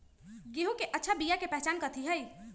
गेंहू के अच्छा बिया के पहचान कथि हई?